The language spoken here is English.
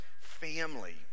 family